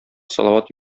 салават